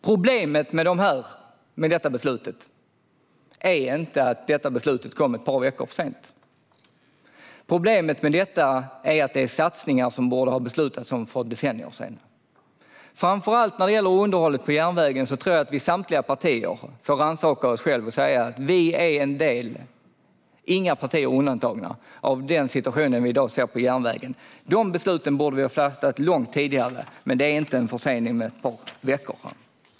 Problemet med beslutet är inte att det kom ett par veckor för sent. Problemet är att det är satsningar som man borde ha beslutat om för decennier sedan. Framför allt när det gäller underhållet på järnvägen tror jag att samtliga partier - inga partier undantagna - får rannsaka sig själva; vi är en del av hur situationen ser ut på järnvägen i dag. Vi borde ha fattat de besluten långt tidigare. Men det handlar inte om en försening med ett par veckor.